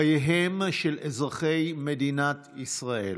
חייהם של אזרחי מדינת ישראל.